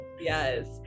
yes